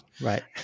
right